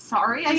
Sorry